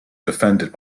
defended